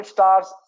Stars